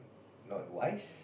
not wise